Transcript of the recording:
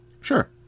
Sure